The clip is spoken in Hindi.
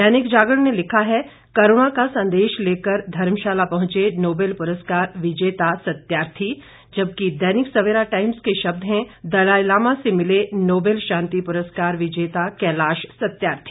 दैनिक जागरण ने लिखा है करूणा का संदेश लेकर धर्मशाला पहुंचे नोबेल पुरस्कार विजेता सत्यार्थी जबकि दैनिक सवेरा टाइम्स के शब्द हैं दलाईलामा से मिले नोबेल शांति पुरस्कार विजेता कैलाश सत्यार्थी